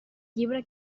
llibre